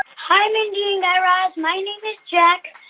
hi, mindy and guy raz. my name is jack,